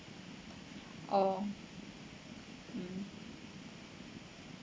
oh mm